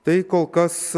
tai kol kas